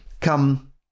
come